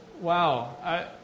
wow